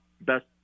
best